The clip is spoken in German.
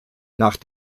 nach